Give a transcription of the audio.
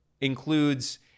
includes